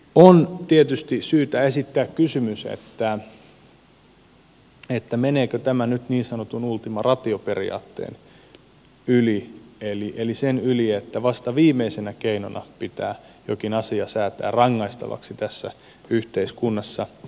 on tietysti syytä esittää kysymys meneekö tämä nyt niin sanotun ultima ratio periaatteen yli eli sen yli että vasta viimeisenä keinona pitää jokin asia säätää rangaistavaksi tässä yhteiskunnassa